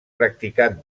practicat